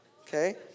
Okay